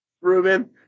Ruben